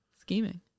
scheming